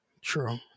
True